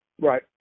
Right